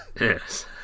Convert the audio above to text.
Yes